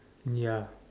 ya